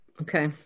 Okay